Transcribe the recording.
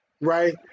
Right